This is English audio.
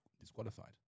disqualified